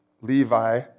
Levi